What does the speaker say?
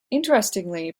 interestingly